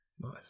Nice